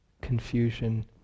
confusion